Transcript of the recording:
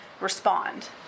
respond